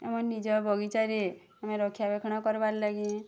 ଆମର୍ ନିଜ ବଗିଚାରେ ଆମେ ରକ୍ଷାବେକ୍ଷଣ କରିବାର୍ ଲାଗି